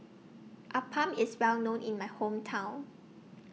Appam IS Well known in My Hometown